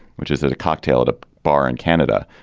which is a cocktail and ah bar in canada.